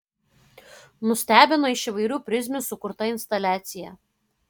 nustebino iš įvairių prizmių sukurta instaliacija